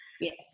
Yes